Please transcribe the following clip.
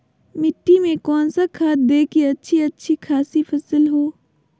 मिट्टी में कौन सा खाद दे की अच्छी अच्छी खासी फसल हो?